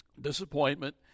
Disappointment